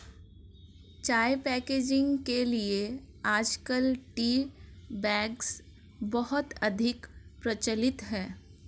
चाय पैकेजिंग के लिए आजकल टी बैग्स बहुत अधिक प्रचलित है